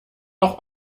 auch